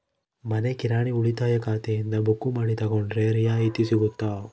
ಮನಿ ಕಿರಾಣಿ ಉಳಿತಾಯ ಖಾತೆಯಿಂದ ಬುಕ್ಕು ಮಾಡಿ ತಗೊಂಡರೆ ರಿಯಾಯಿತಿ ಸಿಗುತ್ತಾ?